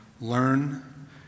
learn